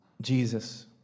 Jesus